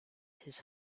his